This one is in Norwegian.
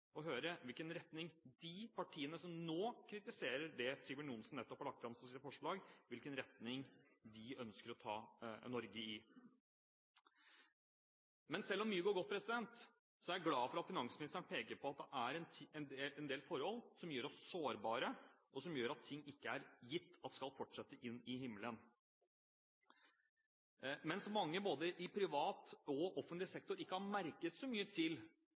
høre i hvilken retning de partiene som nå kritiserer det Sigbjørn Johnsen nettopp har lagt fram som sitt forslag, ønsker å ta Norge. Selv om mye går godt, er jeg glad for at finansministeren peker på at det er en del forhold som gjør oss sårbare, og som gjør at det ikke er gitt at ting skal fortsette å vokse inn i himmelen. Mens mange i både privat og offentlig sektor ikke har merket så mye til